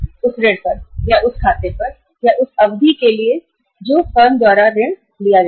और उस पूरी ऋण अवधि पर भुगतान होगा जो फर्म द्वारा लिया गया है